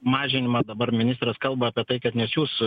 mažinimą dabar ministras kalba apie tai kad nesiųs